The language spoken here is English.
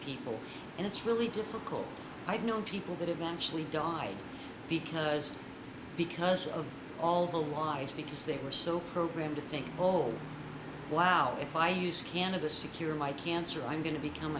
people and it's really difficult i've known people that eventually died because because of all the lies because they were so programmed to think oh wow if i use cannabis to cure my cancer i'm going to become